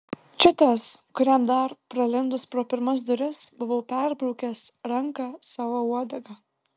čia tas kuriam dar pralindus pro pirmas duris buvau perbraukęs ranką sava uodega